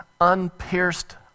unpierced